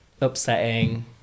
upsetting